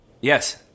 Yes